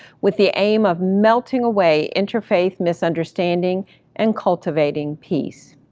with the aim of melting away interfaith misunderstanding and cultivating peace.